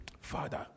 Father